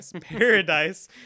Paradise